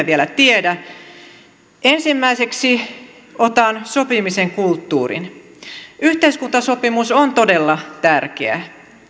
vielä tiedä ensimmäiseksi otan sopimisen kulttuurin yhteiskuntasopimus on todella tärkeä